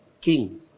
king